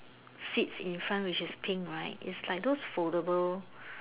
seats in front which is pink right it's like those foldable